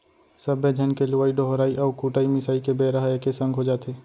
सब्बे झन के लुवई डोहराई अउ कुटई मिसाई के बेरा ह एके संग हो जाथे